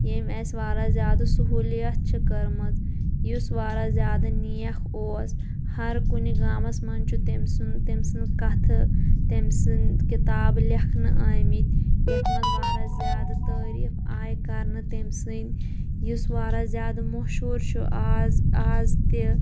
یٚیمۍ اسہِ واریاہ زِیادٕ سہوٗلیت چھِ کٔرمٕژ یُس واریاہ زیادٕ نیک اوس ہَر کُنہِ گامَس مَنٛز چھُ تٔمۍ سُنٛد تٔمۍ سٕنٛز کَتھہٕ تٔمی سٕنٛز کِتابہٕ لیکھنہٕ ٲمِتۍ یَتھ مَنٛز واراہ زِیادٕ تعریٖف آیہِ کَرنہٕ تٔمۍ سنٛدۍ یُس واراہ زِیادٕ مشہوٗر چھُ آز آز تہِ